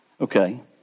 Okay